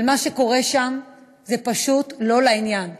אבל מה שקורה שם זה פשוט לא לעניין.